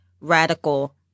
radical